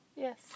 Yes